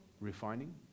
refining